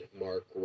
mark